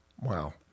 wow